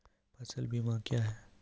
फसल बीमा क्या हैं?